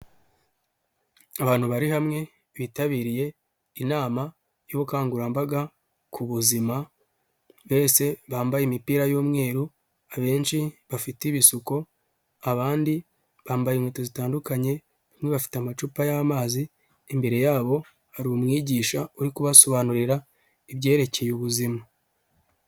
Abantu bari hamwe bitabiriye inama y'ubukangurambaga ku buzima bose bambaye imipira y'umweru, abenshi bafite ibisuko, abandi bambaye inkweto zitandukanye abandi bafite amacupa y'amazi imbere yabo hari umwigisha uri kubasobanurira ibyerekeye ubuzima.